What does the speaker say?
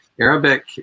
Arabic